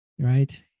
right